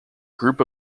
group